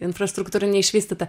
infrastruktūra neišvystyta